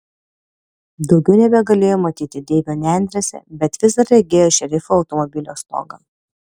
daugiau nebegalėjo matyti deivio nendrėse bet vis dar regėjo šerifo automobilio stogą